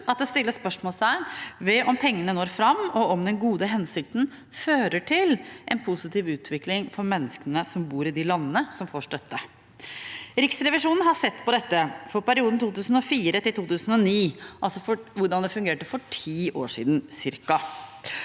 at det stilles spørsmål ved om pengene når fram, og om den gode hensikten fører til en positiv utvikling for menneskene som bor i de landene som får støtte. Riksrevisjonen har sett på dette for perioden 2004–2009 – altså hvordan det fungerte for ca. ti år siden.